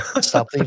Stop